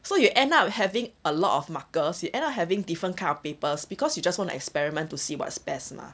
so you end up having a lot of markers you end up having different kind of papers because you just want to experiment to see what's best mah